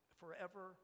forever